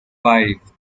five